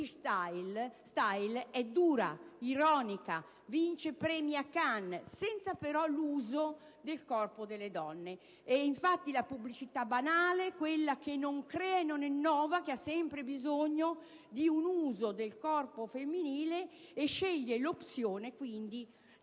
style* è dura, ironica, vince premi a Cannes, senza però l'uso del corpo delle donne. È infatti la pubblicità banale, quella che non crea e non innova, che ha sempre bisogno di un uso del corpo femminile e sceglie quindi